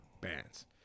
bands